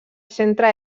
centre